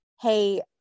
hey